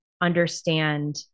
understand